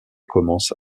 commence